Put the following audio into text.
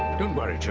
don't worry, josh,